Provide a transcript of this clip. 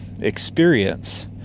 experience